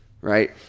right